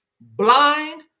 blind